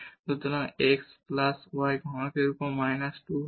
সুতরাং এটি x plus y ঘনকের উপর মাইনাস 2 হবে